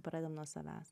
pradedam nuo savęs